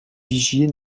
vigier